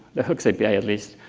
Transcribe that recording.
the hooks api, at least.